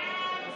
סיעת ש"ס,